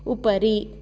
उपरि